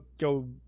go